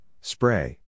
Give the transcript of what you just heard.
spray